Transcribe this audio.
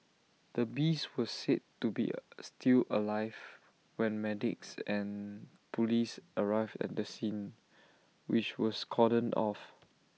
the beast was said to be still alive when medics and Police arrived at the scene which was cordoned off